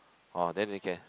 orh then they can